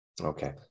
Okay